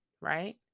right